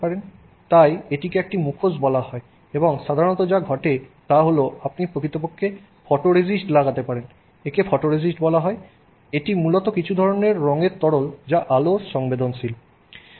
সুতরাং এটিকে একটি মুখোশ বলা হয় এবং সাধারণত যা ঘটে তা হল আপনি প্রকৃতপক্ষে ফটোরেজিস্ট লাগাতে পারেন একে ফটোরেজিস্ট বলা হয় এটি মূলত কিছু ধরণের রঙের তরল যা আলোর সংবেদনশীল